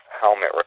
helmet